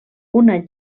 una